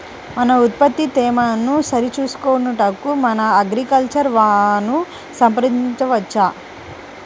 మన ఉత్పత్తి తేమను సరిచూచుకొనుటకు మన అగ్రికల్చర్ వా ను సంప్రదించవచ్చా?